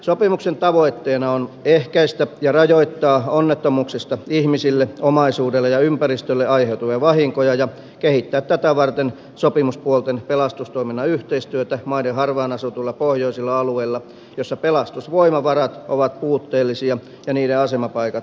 sopimuksen tavoitteena on ehkäistä ja rajoittaa onnettomuuksista ihmisille omaisuudelle ja ympäristölle aiheutuvia vahinkoja ja kehittää tätä varten sopimuspuolten pelastustoiminnan yhteistyötä maiden harvaan asutuilla pohjoisilla alueilla missä pelastusvoimavarat ovat puutteellisia ja niiden asemapaikat harvassa